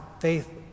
faith